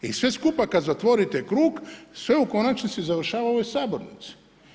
I sve skupa kada zatvorite krug, sve u konačnici završava u ovoj sabornici.